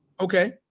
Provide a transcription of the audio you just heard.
Okay